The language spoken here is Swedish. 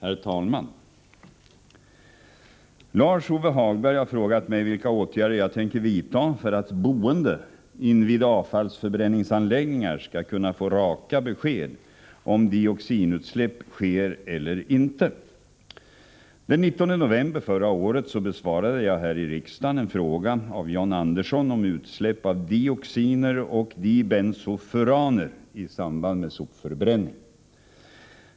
Herr talman! Lars-Ove Hagberg har frågat mig vilka åtgärder jag tänker vidta för att boende invid avfallsförbränningsanläggningar skall kunna få raka besked om huruvida dioxinutsläpp sker eller inte. Den 19 november förra året besvarade jag här i riksdagen en fråga av John Andersson om utsläpp av dioxiner och dibensofuraner i samband med sopförbränning.